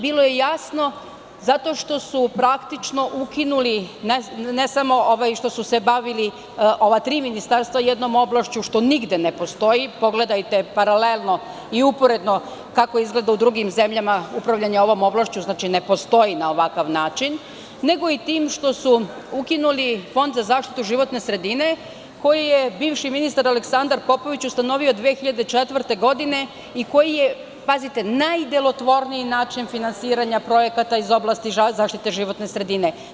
Bilo je jasno zato što su ukinuli ne samo to što su se tri ministarstva bavila jednom oblašću, što nigde ne postoji, pogledajte paralelno i uporedno kako izgleda u drugim zemljama upravljanje ovom oblašću, ne postoji na ovakav način, nego i time što su ukinuli fond za zaštitu životne sredine, koji je bivši ministar Aleksandar Popović ustanovio 2004. godine i koji je najdelotvorniji način finansiranja projekata iz oblasti zaštite životne sredine.